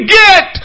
get